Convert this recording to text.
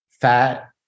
fat